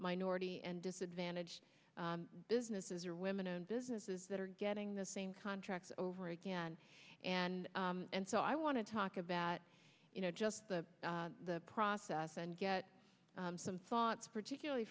minority and disadvantaged businesses or women owned businesses that are getting the same contracts over again and and so i want to talk about you know just the the process and get some thoughts particularly